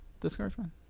discouragement